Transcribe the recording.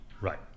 right